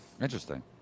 Interesting